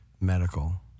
medical